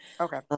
Okay